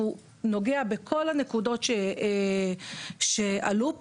והוא נוגע בכל הנקודות שעלו פה,